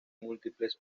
múltiples